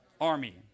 Army